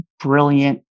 brilliant